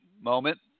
moment